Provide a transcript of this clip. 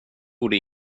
borde